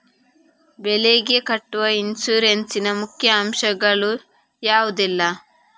ಬೆಳೆಗೆ ಕಟ್ಟುವ ಇನ್ಸೂರೆನ್ಸ್ ನ ಮುಖ್ಯ ಅಂಶ ಗಳು ಯಾವುದೆಲ್ಲ?